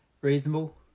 reasonable